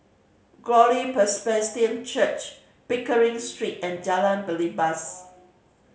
Glory Presbyterian Church Pickering Street and Jalan Belibas